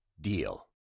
DEAL